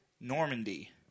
Normandy